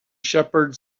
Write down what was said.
shepherd